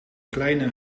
kleine